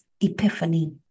epiphany